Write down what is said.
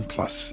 Plus